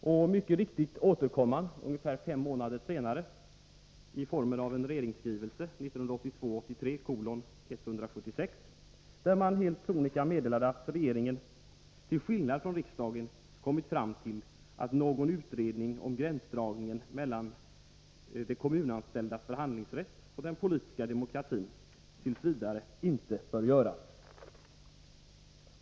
Man återkom mycket riktigt, ungefär fem månader senare, med en regeringsskrivelse, 1982/83:176, där man helt sonika meddelade att regeringen, till skillnad från riksdagen, hade kommit fram till att någon utredning om gränsdragningen mellan de kommunanställdas förhandlingsrätt och den politiska demokratin t. v. inte borde göras.